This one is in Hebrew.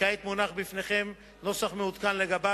וכעת מונח בפניכם נוסח מעודכן שלו,